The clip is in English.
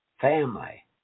family